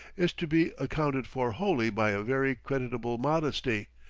is to be accounted for wholly by a very creditable modesty,